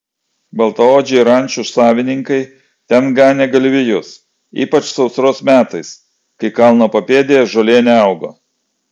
baltaodžiai rančų savininkai ten ganė galvijus ypač sausros metais kai kalno papėdėje žolė neaugo